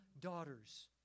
daughters